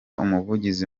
umuvugizi